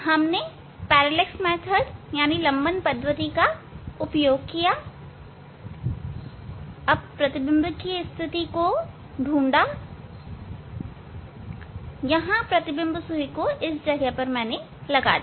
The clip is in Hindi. हमने लंबन पद्धति का उपयोग करते हुए प्रतिबिंब की स्थिति को ढूंढा यहां प्रतिबिंब सुई को लगा दिया